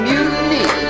Mutiny